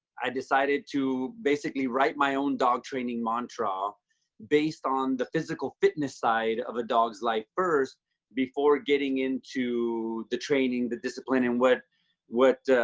i decided to basically write my own dog training mantra based on the physical fitness side of a dog's life first before getting into the training, the discipline and what what